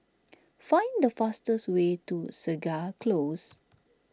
find the fastest way to Segar Close